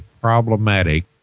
problematic